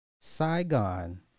Saigon